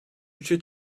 üçe